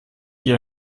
hier